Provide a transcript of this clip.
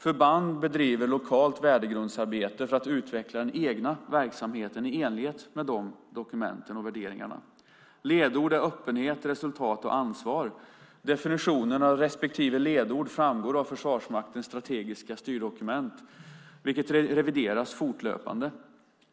Förband bedriver lokalt värdegrundsarbete för att utveckla den egna verksamheten i enlighet med de dokumenten och värderingarna. Ledord är öppenhet, resultat och ansvar. Definitionen av respektive ledord framgår av Försvarsmaktens strategiska styrdokument, vilket revideras fortlöpande.